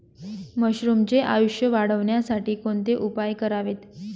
मशरुमचे आयुष्य वाढवण्यासाठी कोणते उपाय करावेत?